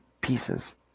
pieces